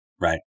right